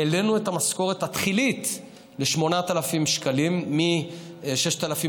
העלינו את המשכורת התחילית ל-8,000 שקלים מ-6,400,